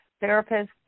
therapist